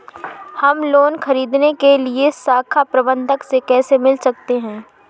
हम लोन ख़रीदने के लिए शाखा प्रबंधक से कैसे मिल सकते हैं?